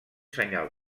senyal